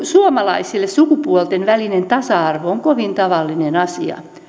suomalaisille sukupuolten välinen tasa arvo on kovin tavallinen asia